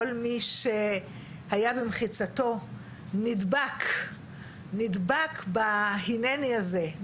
כל מי שהיה במחיצתו נדבק בהנני הזה,